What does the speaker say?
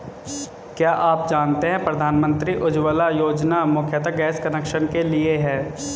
क्या आप जानते है प्रधानमंत्री उज्ज्वला योजना मुख्यतः गैस कनेक्शन के लिए है?